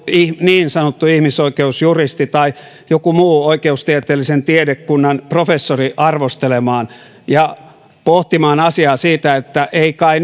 niin sanottu ihmisoikeusjuristi tai joku muu oikeustieteellisen tiedekunnan professori arvostelemaan ja pohtimaan asiaa että ei kai